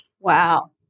wow